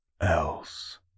else